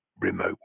remote